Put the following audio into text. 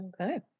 Okay